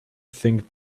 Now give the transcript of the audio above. think